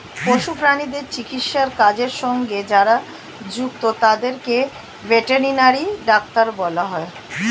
পশু প্রাণীদের চিকিৎসার কাজের সঙ্গে যারা যুক্ত তাদের ভেটেরিনারি ডাক্তার বলা হয়